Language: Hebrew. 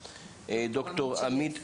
ד"ר עמית שלו.